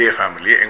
family